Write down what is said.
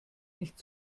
nicht